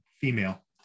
female